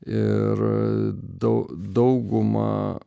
ir dau dauguma